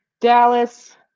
Dallas